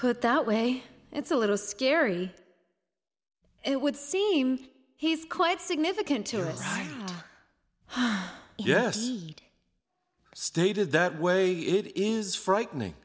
put that way it's a little scary it would seem he's quite significant to us yes he stated that way it is frightening